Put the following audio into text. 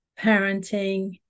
parenting